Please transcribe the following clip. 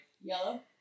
Yellow